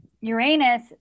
Uranus